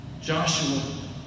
Joshua